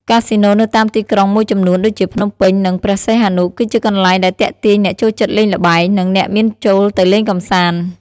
កាស៊ីណូនៅតាមទីក្រុងមួយចំនួន ដូចជាភ្នំពេញ និងព្រះសីហនុ គឺជាកន្លែងដែលទាក់ទាញអ្នកចូលចិត្តលេងល្បែង និងអ្នកមានចូលទៅលេងកម្សាន្ត។